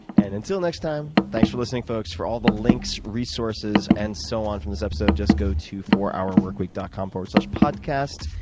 and until next time, thanks for listening, folks. for all the links, resources and so on from this episode, just go to fourhourworkweek dot com slash podcast.